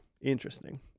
interesting